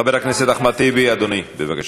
חבר הכנסת אחמד טיבי, אדוני, בבקשה.